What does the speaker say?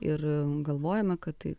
ir galvojame kad tai